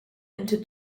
into